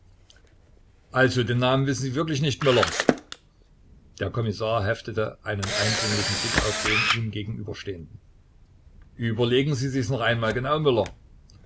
also den namen wissen sie wirklich nicht möller der kommissar heftete einen eindringlichen blick auf den ihm gegenüberstehenden überlegen sie sich's noch einmal genau möller